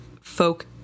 folk